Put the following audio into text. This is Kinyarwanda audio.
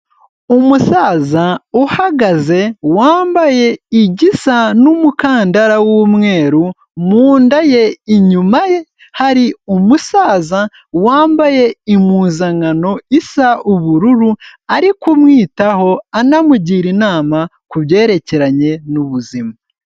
Umusaza uhagaze wambaye igisa n'umukandara w'umweru mu nda ye inyuma ye hari umusaza wambaye impuzankano isa ubururu ari kumwitaho anamugira inama kubyerekeranye n'ubuzima.